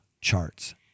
charts